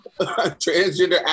transgender